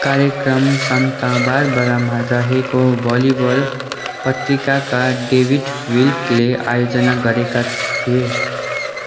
कार्यक्रम सान्ता बारबरामा रहेको भलिबल पत्रिकाका डेभिड विल्कले आयोजना गरेका थिए